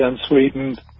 unsweetened